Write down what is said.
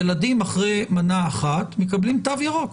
ילדים אחרי מנה אחת מקבלים תו ירוק.